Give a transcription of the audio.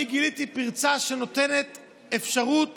אני גיליתי פרצה שנותנת אפשרות